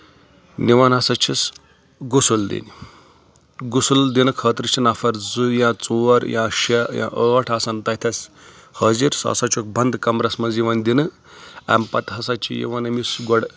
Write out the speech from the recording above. نِوَان ہَسا چھُس غسُل دِنہِ گُسُل دِنہٕ خٲطرٕ چھِ نفر زٕ یا ژور یا شیےٚ یا ٲٹھ آسان تَتیس حٲضِر سُہ ہَسا چھُکھ بنٛدٕ کَمرَس منٛز یِوان دِنہٕ امہِ پَتہٕ ہَسا چھِ یِوَان أمِس گۄڈٕ